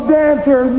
dancer